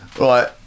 Right